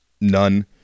None